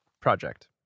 project